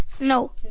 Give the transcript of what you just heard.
No